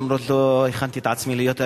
למרות שלא הכנתי את עצמי להיות הראשון,